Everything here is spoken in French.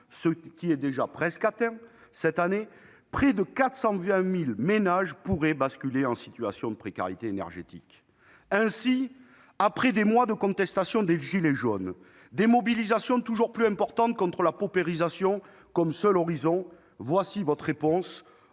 ce qui est déjà presque le cas cette année -, près de 420 000 ménages pourraient basculer en situation de précarité énergétique. Ainsi, après des mois de contestation des « gilets jaunes », des mobilisations toujours plus importantes contre la paupérisation comme seul horizon, voici votre réponse